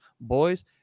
Boys